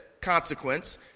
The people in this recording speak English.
consequence